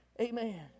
Amen